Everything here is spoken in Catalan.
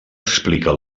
explica